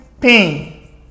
pain